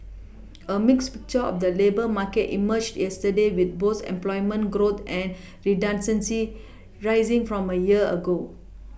a mixed picture of the labour market emerged yesterday with both employment growth and redundancies rising from a year ago